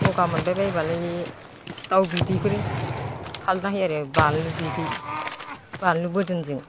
गगा मोनबायबायब्लालाय दाउ बिदैफोर खालामना होयो आरो बानलु बिदै बानलु बोरदोनजों